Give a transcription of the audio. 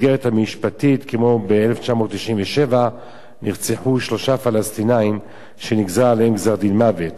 כמו שב-1997 נרצחו שלושה פלסטינים שנגזר עליהם גזר-דין מוות.